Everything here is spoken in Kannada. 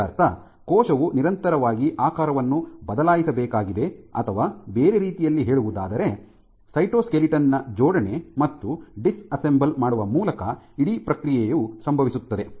ಇದರರ್ಥ ಕೋಶವು ನಿರಂತರವಾಗಿ ಆಕಾರವನ್ನು ಬದಲಾಯಿಸಬೇಕಾಗಿದೆ ಅಥವಾ ಬೇರೆ ರೀತಿಯಲ್ಲಿ ಹೇಳುವುದಾದರೆ ಸೈಟೋಸ್ಕೆಲಿಟನ್ ನ ಜೋಡಣೆ ಮತ್ತು ಡಿಸ್ಅಸೆಂಬಲ್ ಮಾಡುವ ಮೂಲಕ ಇಡೀ ಪ್ರಕ್ರಿಯೆಯು ಸಂಭವಿಸುತ್ತದೆ